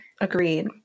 Agreed